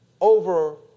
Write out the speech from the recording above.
over